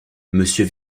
monsieur